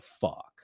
fuck